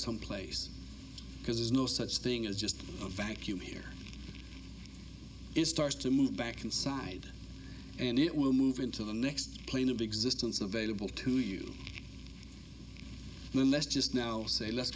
someplace because there's no such thing as just a vacuum here is starts to move back inside and it will move into the next plane of existence available to you unless just now say le